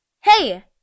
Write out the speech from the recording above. Hey